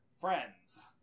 friends